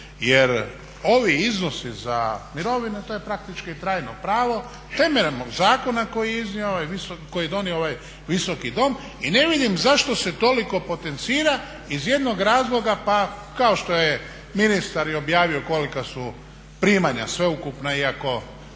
Jer ovi iznosi za mirovine to je praktički trajno pravo temeljem zakona koji je donio ovaj Visoki dom i ne vidim zašto se toliko potencira iz jednog razloga pa kao špto je ministar i objavio kolika su primanja sveukupna iako